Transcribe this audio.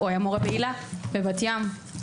הוא היה מורה בהיל"ה בבת ים.